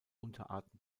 unterarten